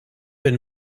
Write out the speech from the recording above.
have